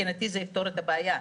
מבחינתי זה יפתור את הבעיה.